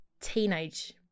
teenage